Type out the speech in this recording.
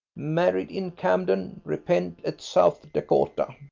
married in camden, repent at south dakota.